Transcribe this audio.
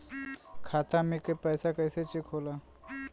खाता में के पैसा कैसे चेक होला?